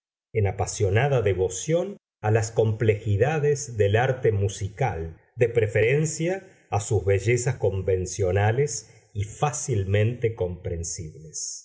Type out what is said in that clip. en apasionada devoción a las complejidades del arte musical de preferencia a sus bellezas convencionales y fácilmente comprensibles